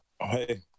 hey